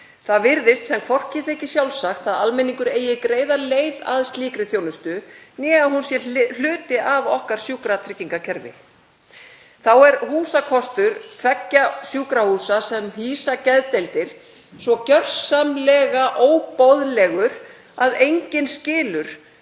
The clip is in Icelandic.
Það virðist sem hvorki þyki sjálfsagt að almenningur eigi greiða leið að slíkri þjónustu né að hún sé hluti af sjúkratryggingakerfi okkar. Þá er húsakostur tveggja sjúkrahúsa sem hýsa geðdeildir svo gjörsamlega óboðlegur að enginn skilur